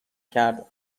کرد